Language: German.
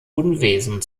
unwesen